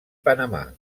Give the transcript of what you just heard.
panamà